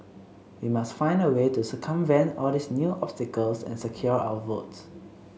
we must find a way to circumvent all these new obstacles and secure our votes